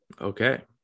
Okay